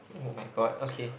oh my god okay